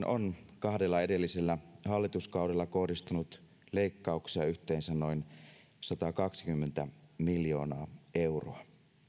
on kahdella edellisellä hallituskaudella kohdistunut leikkauksia yhteensä noin satakaksikymmentä miljoonaa euroa